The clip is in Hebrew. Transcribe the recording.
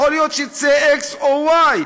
יכול להיות שיצא x או y,